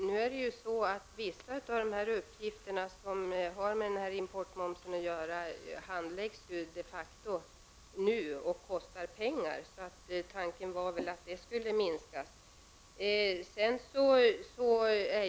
Herr talman! Vissa av de uppgifter som har med importmomsen att göra handläggs de facto nu av tullen, och det kostar pengar. Tanken var att de skulle minskas.